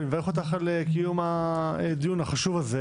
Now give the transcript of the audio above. אני מברך אותך על קיום הדיון החשוב הזה